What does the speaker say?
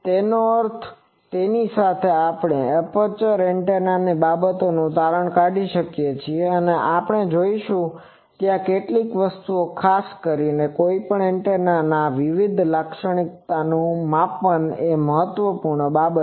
તેથી તેની સાથે આપણે આ એપર્ચર એન્ટેનાની બાબતોનું તારણ કાઢીએ છીએ અને આપણે જોશું કે ત્યાં કેટલીક વસ્તુઓ છે ખાસ કરીને કોઈપણ એન્ટેના વિવિધ લાક્ષણિકતાનું માપન એ એક મહત્વપૂર્ણ બાબત છે